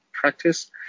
practice